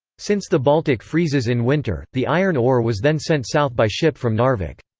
since the baltic freezes in winter, the iron ore was then sent south by ship from narvik.